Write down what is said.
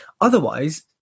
Otherwise